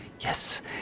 Yes